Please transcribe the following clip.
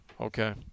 Okay